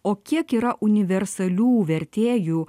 o kiek yra universalių vertėjų